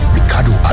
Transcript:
Ricardo